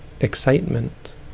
excitement